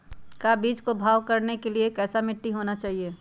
का बीज को भाव करने के लिए कैसा मिट्टी होना चाहिए?